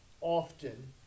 often